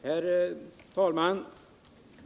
Herr talman!